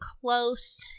close